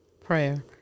Prayer